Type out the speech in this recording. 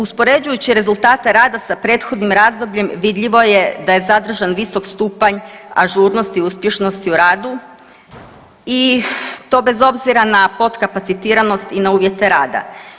Uspoređujući rezultate rada sa prethodnim razdobljem vidljivo je da se zadržan visok stupanj ažurnosti uspješnosti u radu i to bez obzira na podkapacitiranost i na uvjete rada.